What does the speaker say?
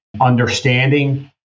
understanding